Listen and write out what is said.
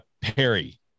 Perry